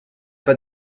pas